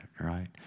right